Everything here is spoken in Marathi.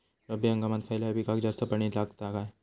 रब्बी हंगामात खयल्या पिकाक जास्त पाणी लागता काय?